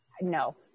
No